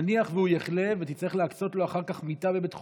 נניח שהוא יחלה ותצטרך להקצות לו אחר כך מיטה בבית חולים,